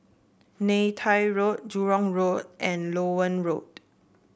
Neythai Road Jurong Road and Loewen Road